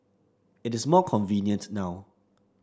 it is more convenient now